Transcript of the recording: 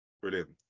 Brilliant